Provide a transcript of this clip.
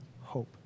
hope